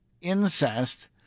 incest